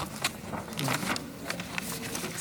העבודה והרווחה להכנתה לקריאה השנייה